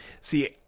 See